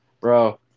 bro